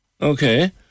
okay